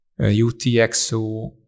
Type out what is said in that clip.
UTXO